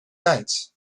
nights